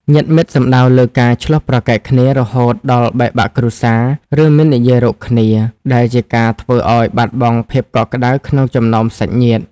ញាតិមិត្តសំដៅលើការ ឈ្លោះប្រកែកគ្នា រហូតដល់បែកបាក់គ្រួសារ ឬមិននិយាយរកគ្នា ដែលជាការធ្វើឲ្យបាត់បង់ភាពកក់ក្តៅក្នុងចំណោមសាច់ញាតិ។